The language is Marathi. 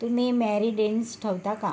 तुम्ही मॅरिडेंट्स ठेवता का